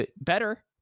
better